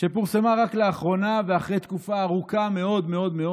פורסמה רק לאחרונה ואחרי תקופה ארוכה מאוד מאוד,